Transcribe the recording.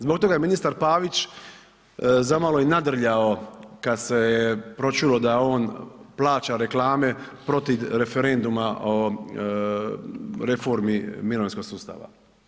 Zbog toga je ministar Pavić zamalo i nadrljao kada se je pročulo da on plaća reklame protiv referenduma o reformi mirovinskog sustava.